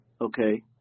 okay